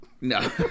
No